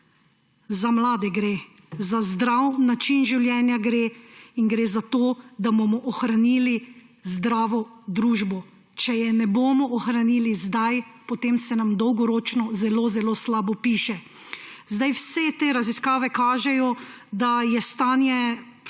Za mlade gre. Za zdrav način življenja gre in gre za to, da bomo ohranili zdravo družbo. Če je ne bomo ohranili zdaj, potem se nam dolgoročno zelo zelo slabo piše. Vse te raziskave kažejo, da je stanje